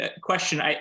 question